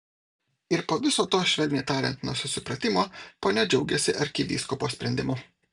ir po viso to švelniai tariant nesusipratimo ponia džiaugiasi arkivyskupo sprendimu